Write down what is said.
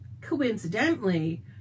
Coincidentally